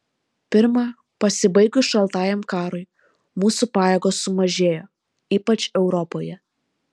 pirma pasibaigus šaltajam karui mūsų pajėgos sumažėjo ypač europoje